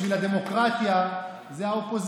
שהפכו